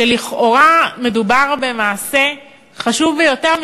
כשלכאורה מדובר במעשה חשוב ביותר,